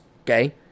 okay